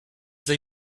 they